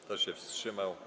Kto się wstrzymał?